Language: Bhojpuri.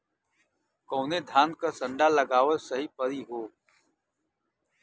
कवने धान क संन्डा लगावल सही परी हो?